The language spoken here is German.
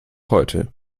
heute